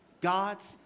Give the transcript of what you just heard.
God's